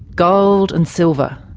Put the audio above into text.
gold and silver.